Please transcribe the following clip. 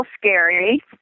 scary